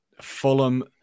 Fulham